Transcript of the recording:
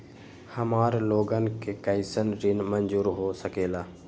हमार लोगन के कइसन ऋण मंजूर हो सकेला?